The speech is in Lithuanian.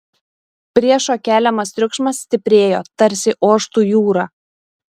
priešo keliamas triukšmas stiprėjo tarsi oštų jūra